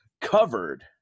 covered